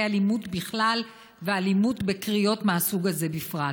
אלימות בכלל ואלימות בקריאות מהסוג הזה בפרט.